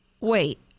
Wait